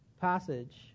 passage